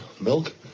milk